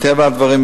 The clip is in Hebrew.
מטבע הדברים,